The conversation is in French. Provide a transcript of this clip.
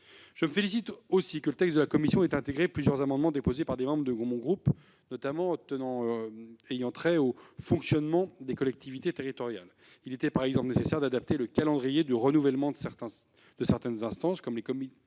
Je me félicite aussi que le texte de la commission ait intégré plusieurs amendements déposés par des membres de mon groupe, notamment sur le fonctionnement des collectivités territoriales. Il était, par exemple, nécessaire d'adapter le calendrier de renouvellement de certaines instances comme les comités